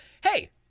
Hey